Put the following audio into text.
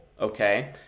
okay